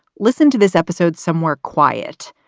listen to this episode somewhere quiet.